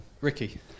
Ricky